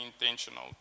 intentional